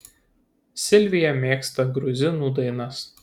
silvija mėgsta gruzinų dainas